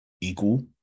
equal